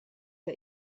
der